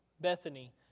Bethany